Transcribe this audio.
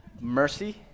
mercy